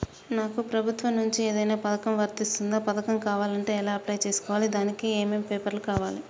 నాకు ప్రభుత్వం నుంచి ఏదైనా పథకం వర్తిస్తుందా? పథకం కావాలంటే ఎలా అప్లై చేసుకోవాలి? దానికి ఏమేం పేపర్లు కావాలి?